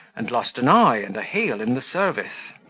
and lost an eye and a heel in the service.